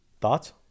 Thoughts